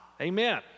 Amen